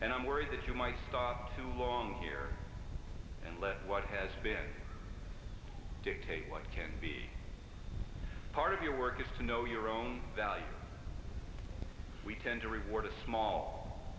and i'm worried that you might stop too long here and let what has been dictate what can be part of your work is to know your own value we tend to reward a small